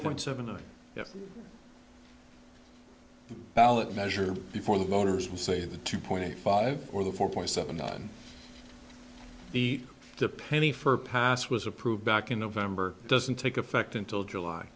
one seven hundred ballot measure before the voters will say the two point five or the four point seven on the the penny for pass was approved back in november doesn't take effect until july